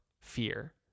fear